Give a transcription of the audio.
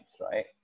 Right